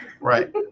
Right